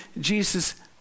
Jesus